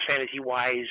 fantasy-wise